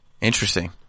Interesting